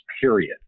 period